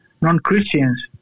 non-Christians